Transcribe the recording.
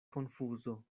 konfuzo